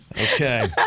Okay